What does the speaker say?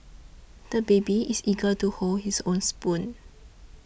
the baby is eager to hold his own spoon